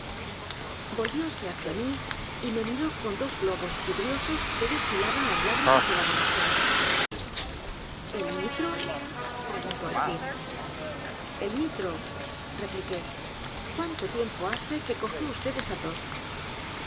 volvióse hacia mí y me miró con dos globos vidriosos que destilábanlas lágrimas de la borrachera e l n i t r o preguntó al fin el nitro repliqué cuánto tiempo hace que cogi vd esa tos